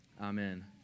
Amen